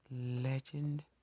Legend